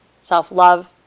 self-love